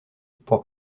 pour